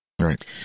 right